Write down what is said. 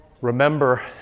remember